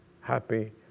happy